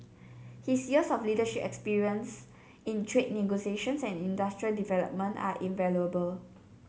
his years of leadership experience in trade negotiations and industrial development are invaluable